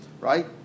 right